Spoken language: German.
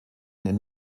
den